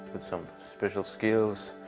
with some special skills.